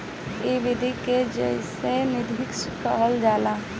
इ विधि के जैव नियंत्रण कहल जाला